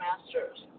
Masters